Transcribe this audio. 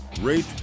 rate